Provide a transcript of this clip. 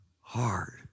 hard